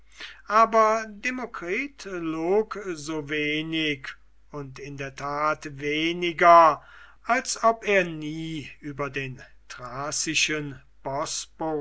aber demokritus log so wenig und in der tat weniger als ob er nie über den thracischen